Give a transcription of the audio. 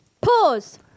Pause